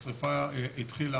השריפה החלה